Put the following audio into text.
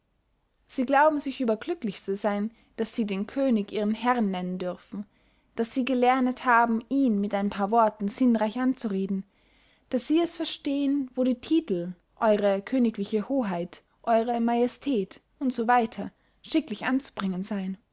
sie glauben sich überglücklich zu seyn daß sie den könig ihren herren nennen dürfen daß sie gelernet haben ihn mit ein paar worten sinnreich anzureden daß sie es verstehen wo die titel eure königliche hoheit eure majestät und so weiter schicklich anzubringen seyn